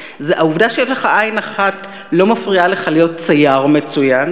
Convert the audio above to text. העובדה שיש לך עין אחת לא מפריעה לך להיות צייר מצוין,